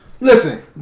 Listen